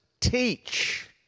teach